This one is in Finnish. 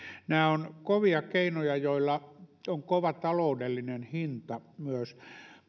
nämä on kovia keinoja joilla on kova taloudellinen hinta myös